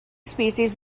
species